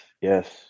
yes